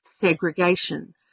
segregation